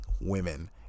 women